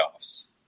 playoffs